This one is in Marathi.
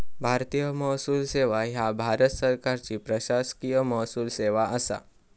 भारतीय महसूल सेवा ह्या भारत सरकारची प्रशासकीय महसूल सेवा असा